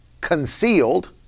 concealed